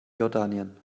jordanien